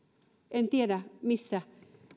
en tiedä